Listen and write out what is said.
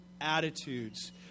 attitudes